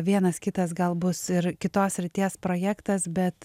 vienas kitas gal bus ir kitos srities projektas bet